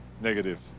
Negative